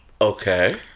okay